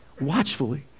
watchfully